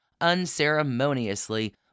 unceremoniously